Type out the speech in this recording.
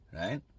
Right